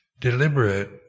deliberate